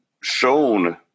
shown